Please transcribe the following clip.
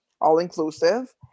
all-inclusive